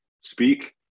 speak